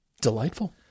Delightful